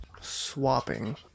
Swapping